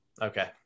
Okay